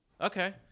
Okay